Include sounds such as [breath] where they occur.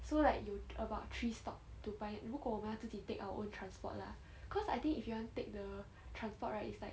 so like you about three stop to buy 如果我们要自己 take our own transport lah [breath] cause I think if you want take the transport right it's like